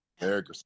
Eric